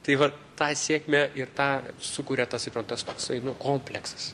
tai va tą sėkmę ir tą sukuria tas suprantat toksai nu kompleksas